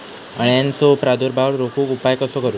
अळ्यांचो प्रादुर्भाव रोखुक उपाय कसो करूचो?